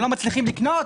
אתם לא מצליחים לקנות?